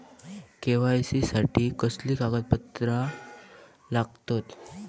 KYC साठी कसली कागदपत्र लागतत?